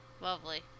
Lovely